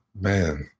Man